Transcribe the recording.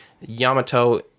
Yamato